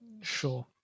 Sure